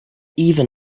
even